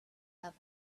have